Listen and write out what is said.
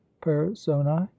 personae